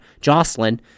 Jocelyn